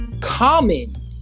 common